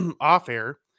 off-air